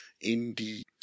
indeed